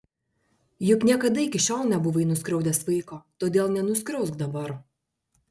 juk niekada iki šiol nebuvai nuskriaudęs vaiko todėl nenuskriausk dabar